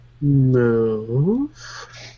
move